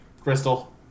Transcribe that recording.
Crystal